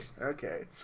Okay